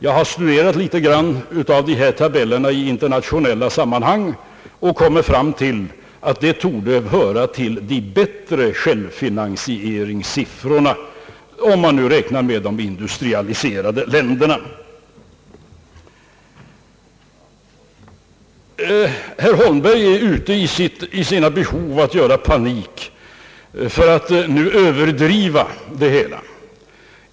Jag har studerat = självfinansieringsgraden på den internationella marknaden och fått fram att våra siffror hör till de bättre jämfört med andra industrialiserade länders. Herr Holmberg har ett behov av att skapa panik, för att kanske överdriva något.